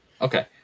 Okay